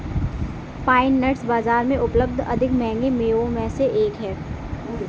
pine nuts बाजार में उपलब्ध अधिक महंगे मेवों में से एक हैं